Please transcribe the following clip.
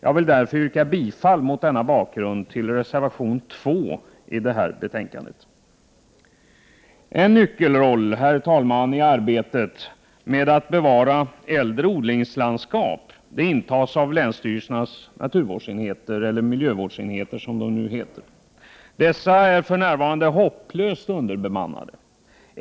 Jag vill mot denna bakgrund yrka bifall till reservation nr 2, som är fogad till detta betänkande. Herr talman! Länsstyrelsernas miljövårdsenheter spelar en nyckelroll i arbetet för att bevara äldre odlingslandskap. Dessa enheter är för närvarande hopplöst underbemannade.